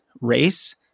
race